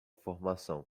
formação